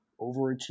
overachieving